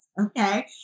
Okay